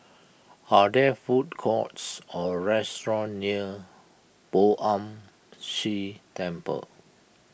are there food courts or restaurants near Poh Ern Shih Temple